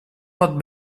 pot